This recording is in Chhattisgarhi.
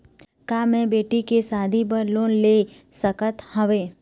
का मैं बेटी के शादी बर लोन ले सकत हावे?